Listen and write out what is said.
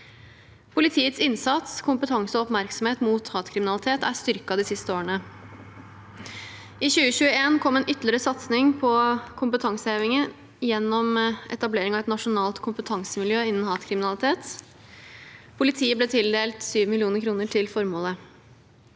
Politiets innsats, kompetanse og oppmerksomhet mot hatkriminalitet er styrket de siste årene. I 2021 kom en ytterligere satsing på kompetanseheving gjennom etableringen av et nasjonalt kompetansemiljø innen hatkriminalitet. Politiet ble tildelt 7 mill. kr til formålet.